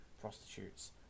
prostitutes